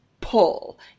pull